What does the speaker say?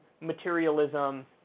materialism